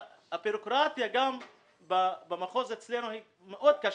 הבירוקרטיה במחוז אצלנו היא מאוד קשה.